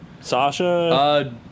Sasha